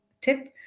tip